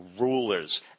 rulers